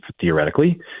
theoretically